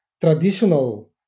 traditional